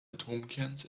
atomkerns